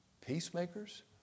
peacemakers